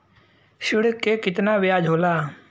ऋण के कितना ब्याज होला?